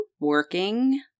working